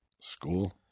School